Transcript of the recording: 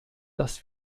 dass